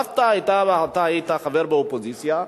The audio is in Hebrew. דווקא אתה היית חבר באופוזיציה.